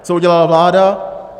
Co udělala vláda?